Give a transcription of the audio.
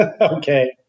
Okay